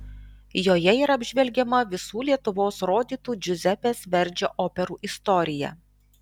joje yra apžvelgiama visų lietuvoje rodytų džiuzepės verdžio operų istorija